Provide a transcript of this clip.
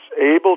able